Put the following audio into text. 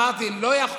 אמרתי: לא יכול להיות.